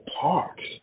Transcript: parks